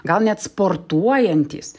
gal net sportuojantys